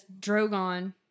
Drogon